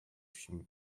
she